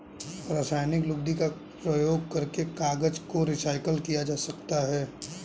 रासायनिक लुगदी का प्रयोग करके कागज को रीसाइकल किया जा सकता है